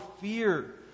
fear